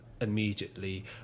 immediately